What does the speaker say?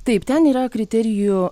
taip ten yra kriterijų